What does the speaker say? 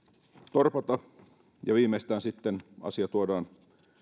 torpata ja viimeistään sitten kun asia tuodaan